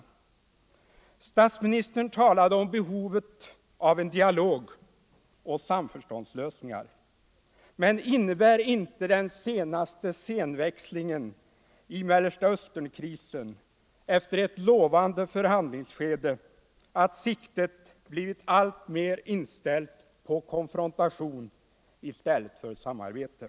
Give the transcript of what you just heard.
Fredagen den Statsministern talade om behovet av dialog och samförståndslösningar. 22 november 1974 Men innebär inte den senaste scenväxlingen i Mellersta Östern-krisen efter det lovande förhandlingsskedet att siktet blivit alltmer inställt på Ang. läget i konfrontation i stället för samarbete?